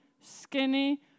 skinny